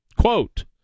Quote